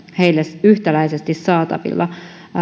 heille yhtäläisesti saatavilla